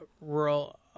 Rural